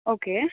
okay